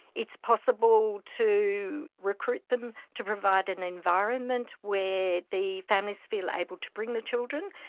it's possible to recruit them to provide an environment where the families feel able to bring the children,